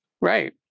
Right